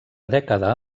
dècada